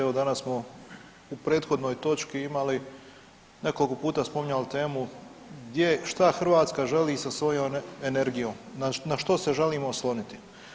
Evo, danas smo u prethodnoj točki imali nekoliko puta spominjali temu gdje, šta Hrvatska želi sa svojom energijom, na što se želimo osloniti.